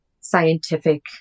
scientific